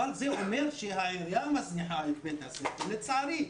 אבל זה אומר שהעירייה מזניחה את בית הספר, לצערי.